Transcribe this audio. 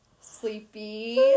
Sleepy